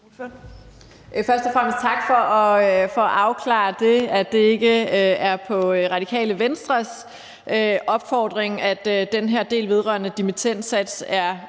Først og fremmest tak for at afklare, at det ikke er på Radikale Venstres opfordring, at den her del vedrørende dimittendsatsen